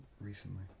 recently